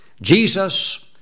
Jesus